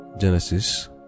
Genesis